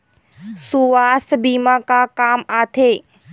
सुवास्थ बीमा का काम आ थे?